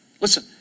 Listen